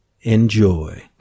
Enjoy